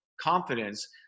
confidence